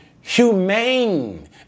humane